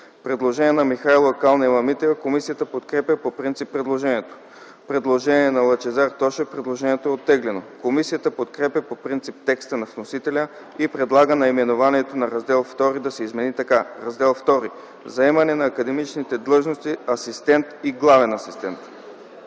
предложение на Михайлова и Калнева-Митева. Комисията подкрепя по принцип предложението. Има предложение на Лъчезар Тошев. Предложението е оттеглено. Комисията подкрепя по принцип текста на вносителя и предлага наименованието на Раздел ІІ да измени така: „Раздел ІІ – Заемане на академичните длъжности „асистент” и „главен асистент”.”